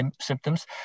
symptoms